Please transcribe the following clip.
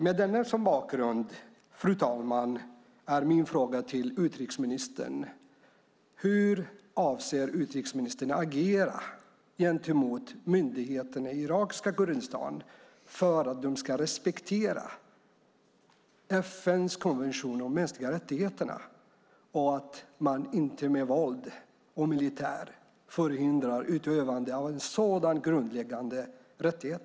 Med detta som bakgrund, fru talman, är min fråga till utrikesministern: Hur avser utrikesministern att agera gentemot myndigheterna i irakiska Kurdistan för att de ska respektera FN:s konvention om mänskliga rättigheter och att man inte med våld och militär förhindrar utövande av en sådan grundläggande rättighet?